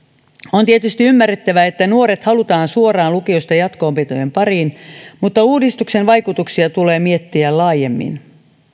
on tietysti ymmärrettävää että nuoret halutaan suoraan lukiosta jatko opintojen pariin mutta uudistuksen vaikutuksia tulee miettiä laajemmin